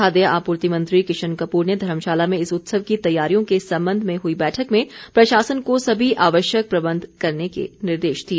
खाद्य आपूर्ति मंत्री किशन कपूर ने धर्मशाला में इस उत्सव की तैयारियों के संबंध में हुई बैठक में प्रशासन को सभी आवश्यक प्रबंध करने के निर्देश दिए